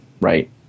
right